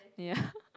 ya